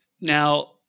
Now